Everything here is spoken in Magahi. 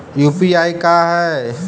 यु.पी.आई का है?